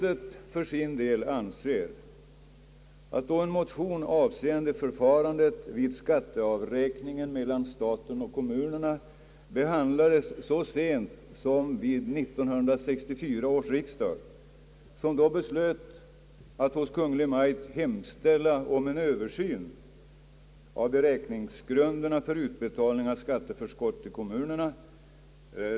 En motion avseende förfarandet vid skatteavräkningen mellan staten och kommunerna behandlades så sent som vid 1964 års riksdag, som då beslöt att hos Kungl. Maj:t hemställa om en översyn av beräkningsgrunderna för utbetalning av skatteförskott till kommunerna.